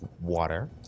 Water